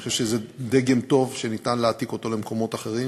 אני חושב שזה דגם טוב שניתן להעתיק למקומות אחרים,